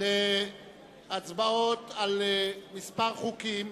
להצבעות על כמה חוקים.